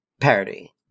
parody